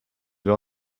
wir